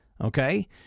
Okay